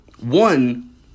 one